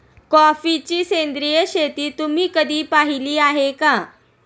कॉफीची सेंद्रिय शेती तुम्ही कधी पाहिली आहे का?